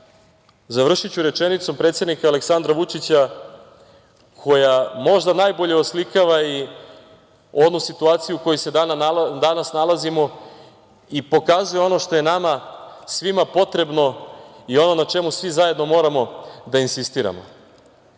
završiću rečenicom predsednika Aleksandra Vučića koja možda najbolje oslikava ovu situaciju u kojoj se danas nalazimo i pokazuje ono što je nama svima potrebno i ono na čemu svi zajedno moramo da insistiramo: